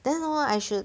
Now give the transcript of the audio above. then hor I should